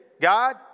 God